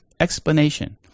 explanation